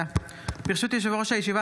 ברשות יושב-ראש הישיבה,